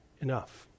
Enough